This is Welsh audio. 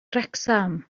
wrecsam